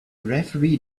referee